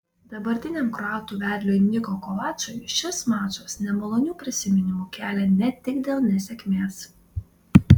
dabartiniam kroatų vedliui niko kovačui šis mačas nemalonių prisiminimų kelia ne tik dėl nesėkmės